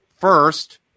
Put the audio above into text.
First